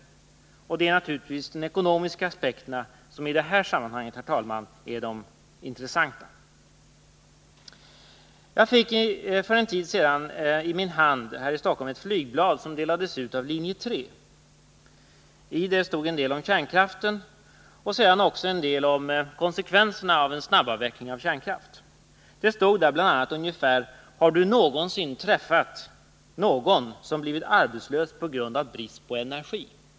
Det är, herr talman, naturligtvis de ekonomiska aspekterna som i det här sammanhanget är de intressanta. Jag fick för någon tid sedan här i Stockholm i min hand ett flygblad som delades ut av linje 3. I flygbladet stod en del om kärnkraften och en del om konsekvenserna av en snabbavveckling av kärnkraften. Det stod bl.a. ungefär så här: Har du någonsin träffat någon som blivit arbetslös på grund av brist på energi?